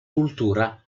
cultura